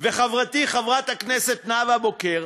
וחברתי חברת הכנסת נאוה בוקר,